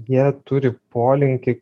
jie turi polinkį